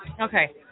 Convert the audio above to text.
Okay